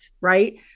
right